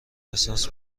احساس